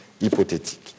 hypothétique